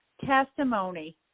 testimony